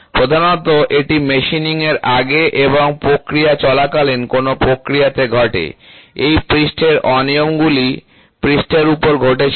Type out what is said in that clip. প্রধানত এটি মেশিনিংয়ের আগে এবং প্রক্রিয়া চলাকালীন কোনও প্রক্রিয়াতে ঘটে এই পৃষ্ঠের অনিয়মগুলি পৃষ্ঠের উপর ঘটেছিল